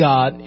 God